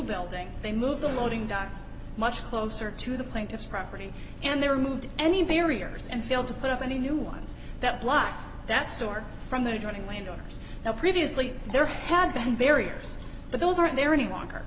building they moved the loading docks much closer to the plaintiff's property and they were moved any barriers and failed to put up any new ones that blocked that store from the adjoining land owners now previously there had been barriers but those aren't there any longer